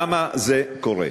למה זה קורה?